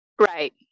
Right